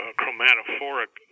chromatophoric